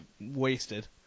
wasted